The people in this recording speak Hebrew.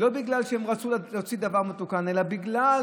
לא בגלל שהם רצו להוציא דבר מתוקן, אלא בגלל